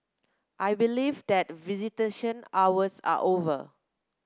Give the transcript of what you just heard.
I believe that visitation hours are over